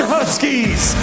Huskies